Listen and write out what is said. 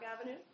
Avenue